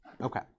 Okay